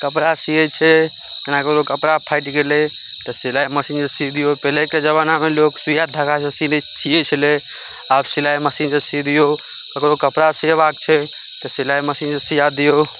कपड़ा सीयै छै जेना ककरो कपड़ा फाटि गेलै तऽ सिलाइ मशीन जे सी दियौ पहिलेके जमानामे लोक सुइया धागा सऽ सीलै सीए छलै आब सिलाइ मशीन से सी दियौ केकरो कपड़ा सेबाक छै तऽ सिलाइ मशीन से सीआ दियौ